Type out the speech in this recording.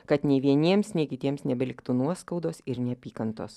kad nei vieniems nei kitiems nebeliktų nuoskaudos ir neapykantos